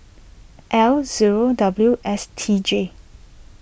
L zero W S T J